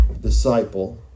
disciple